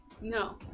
No